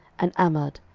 and amad,